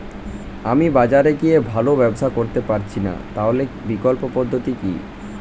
আমি বাজারে গিয়ে ভালো ব্যবসা করতে পারছি না তাহলে বিকল্প পদ্ধতি কি?